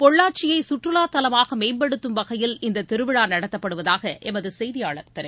பொள்ளாச்சியை சுற்றுலா தலமாக மேம்படுத்தும் வகையில் இந்த திருவிழா நடத்தப்படுவதாக எமது செய்தியாளர் தெரிவிக்கிறார்